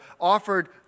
offered